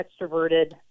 extroverted